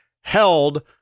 held